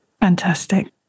Fantastic